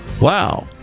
Wow